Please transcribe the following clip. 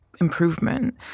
improvement